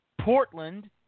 Portland